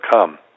come